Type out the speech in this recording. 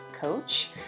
coach